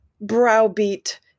browbeat